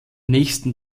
nächsten